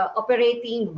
operating